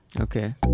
Okay